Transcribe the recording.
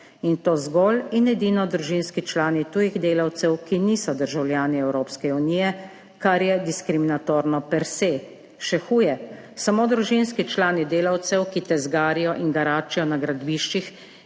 in to zgolj in edino družinski člani tujih delavcev, ki niso državljani Evropske unije, kar je diskriminatorno per se. Še huje, samo družinski člani delavcev, ki tezgarijo in garačijo na gradbiščih